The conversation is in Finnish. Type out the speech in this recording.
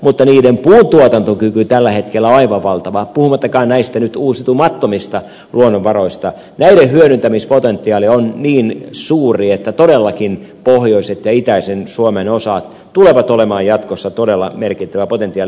mutta niiden puuntuotantokyky tällä hetkellä on aivan valtava puhumattakaan nyt näistä uusiutumattomista luonnonvaroista näiden hyödyntämispotentiaali on niin suuri että todellakin pohjoisen ja itäisen suomen osat tulevat olemaan jatkossa todella merkittävä potentiaali